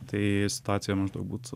tai įstatymus turbūt